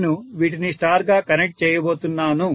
నేను వీటిని స్టార్ గా కనెక్ట్ చేయబోతున్నాను